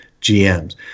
GM's